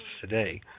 today